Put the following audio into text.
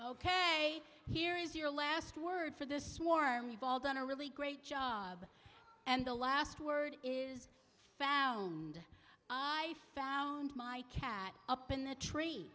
ok here is your last word for this morning we've all done a really great job and the last word is found i found my cat up in the tree